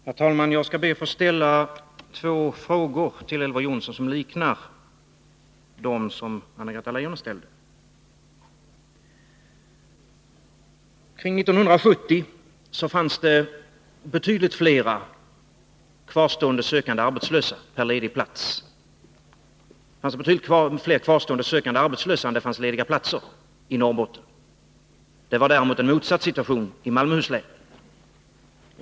Herr talman! Jag skall be att till Elver Jonsson få ställa två frågor liknande dem som Anna-Greta Leijon ställde. Kring 1970 fanns det betydligt fler kvarstående arbetslösa än det fanns lediga platser i Norrbotten. Situationen var däremot den motsatta i Malmöhus län.